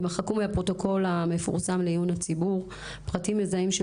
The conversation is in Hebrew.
יימחקו מהפרוטוקול המפורסם לעיון הציבור פרטים מזהים של